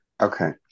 Okay